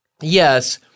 Yes